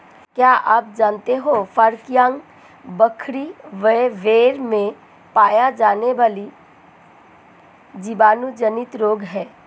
क्या आप जानते है फड़कियां, बकरी व भेड़ में पाया जाने वाला जीवाणु जनित रोग है?